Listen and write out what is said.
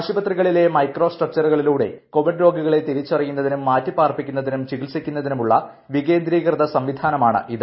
ആശുപത്രിയിലെ മൈക്രോ സ്ട്രക്ചറുകളിലൂടെ കോവിഡ് രോഗികളെ തിരിച്ചറിയുന്നതിനും മാറ്റിപാർപ്പിക്കുന്നതിനും ചികിത്സിക്കുന്നതിനുമുള്ള വികേന്ദ്രീകൃത സംവിധാനമാണ് ഇത്